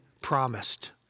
promised